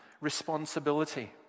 responsibility